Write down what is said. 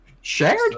Shared